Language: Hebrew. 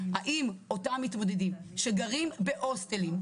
האם אותם מתמודדים שגרים בהוסטלים,